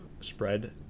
spread